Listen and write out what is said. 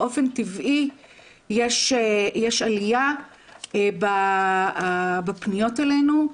באופן טבעי יש עליה בפניות אלינו,